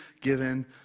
given